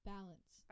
Balance